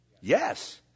Yes